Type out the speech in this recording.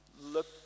look